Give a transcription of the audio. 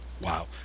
Wow